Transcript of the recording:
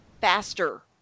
faster